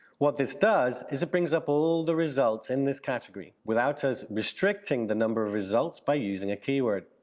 what this does is it brings up all the results in this category without us restricting the number of results by using a keyword.